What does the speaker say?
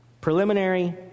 preliminary